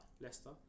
Leicester